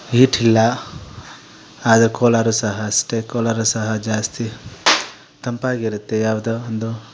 heat ಇಲ್ಲ ಆದರೂ ಕೋಲಾರು ಸಹ ಅಷ್ಟೇ ಕೋಲಾರ ಸಹ ಜಾಸ್ತಿ ತಂಪಾಗಿರುತ್ತೆ ಯಾವುದೋ ಒಂದು